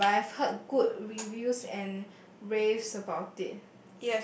ya but I've heard good reviews and raves about it